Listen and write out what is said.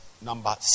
number